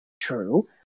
True